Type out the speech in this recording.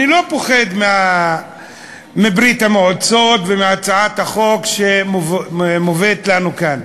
אני לא פוחד מברית המועצות ומהצעת החוק שמובאת לנו כאן.